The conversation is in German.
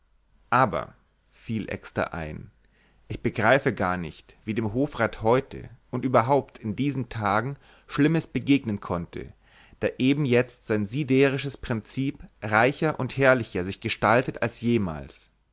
aber fiel exter ein ich begreife gar nicht wie dem hofrat heute und überhaupt in diesen tagen schlimmes begegnen konnte da eben jetzt sein siderisches prinzip reiner und herrlicher sich gestaltet als jemals